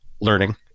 learning